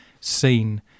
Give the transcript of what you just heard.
seen